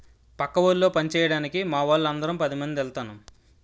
పక్క ఊళ్ళో పంచేయడానికి మావోళ్ళు అందరం పదిమంది ఎల్తన్నం